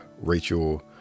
rachel